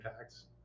tax